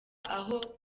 aho